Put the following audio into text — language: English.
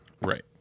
Right